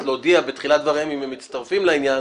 להודיע בתחילת דבריהם אם הם מצטרפים לעניין